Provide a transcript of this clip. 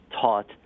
taught